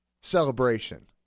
celebration